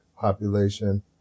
population